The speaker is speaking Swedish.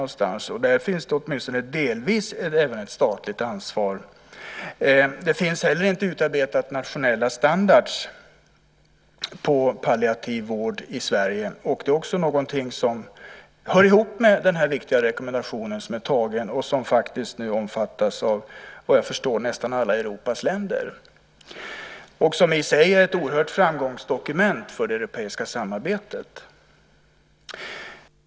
Det är, åtminstone delvis, ett statligt ansvar. Det finns heller inte utarbetade nationella standarder för palliativ vård i Sverige. Det är också någonting som hör ihop med den viktiga rekommendation som är antagen och som nu omfattas, såvitt jag förstår, av nästan alla Europas länder och som i sig är ett oerhört framgångsrikt dokument i det europeiska samarbetet.